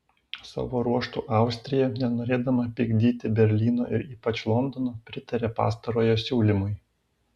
savo ruožtu austrija nenorėdama pykdyti berlyno ir ypač londono pritarė pastarojo siūlymui